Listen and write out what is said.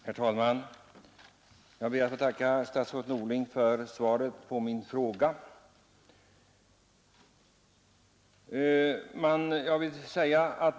Herr talman! Jag ber att få tacka statsrådet Norling för svaret på min fråga.